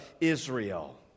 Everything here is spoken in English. Israel